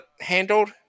handled